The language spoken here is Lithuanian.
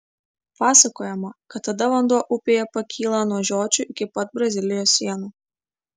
pasakojama kad tada vanduo upėje pakyla nuo žiočių iki pat brazilijos sienų